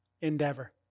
endeavor